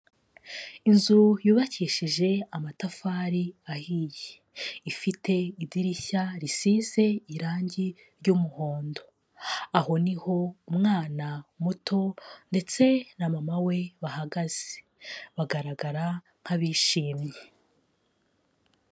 Inzu yubakishije amatafari ahiye, ifite idirishya risize irangi ry'umuhondo, aho niho umwana muto ndetse na mama we bahagaze, bagaragara nk'abishimye.